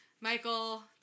Michael